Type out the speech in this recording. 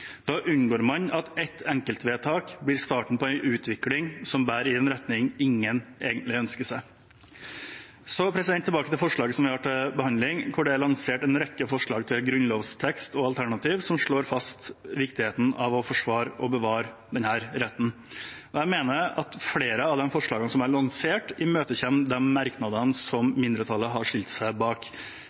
Da unngår man at ett enkeltvedtak blir starten på en utvikling som bærer i en retning ingen egentlig ønsker seg. Så tilbake til forslaget vi har til behandling, der det er lansert en rekke forslag til grunnlovstekst og alternativ som slår fast viktigheten av å forsvare og bevare denne retten. Jeg mener at flere av de forslagene som er lansert, imøtekommer merknadene som mindretallet har stilt seg bak.